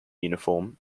uniform